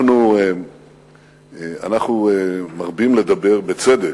אנחנו מרבים לדבר, ובצדק,